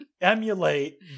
emulate